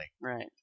Right